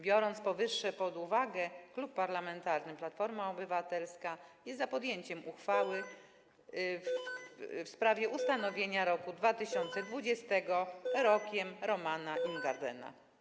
Biorąc powyższe pod uwagę, klub parlamentarny Platforma Obywatelska jest za podjęciem uchwały w sprawie ustanowienia roku 2020 Rokiem Romana Ingardena.